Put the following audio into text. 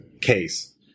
case